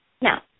Now